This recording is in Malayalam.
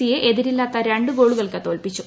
സിയെ എതിരില്ലാത്ത രണ്ട് ഗോളുകൾക്ക് തോൽപ്പിച്ചു